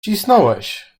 cisnąłeś